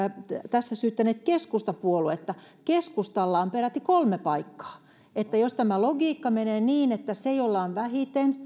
tässä syyttäneet keskustapuoluetta keskustalla on peräti kolme paikkaa jos tämä logiikka menee niin että se jolla on vähiten